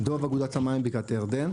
דוב קוזניצוב, אגודת המים, בקעת הירדן.